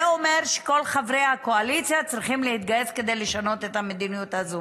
זה אומר שכל חברי הקואליציה צריכים להתגייס כדי לשנות את המדיניות הזו.